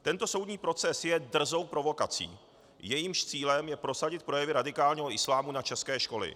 Tento soudní proces je drzou provokací, jejímž cílem je prosadit projevy radikálního islámu na české školy.